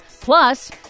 Plus